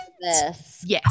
yes